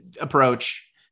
approach